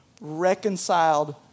reconciled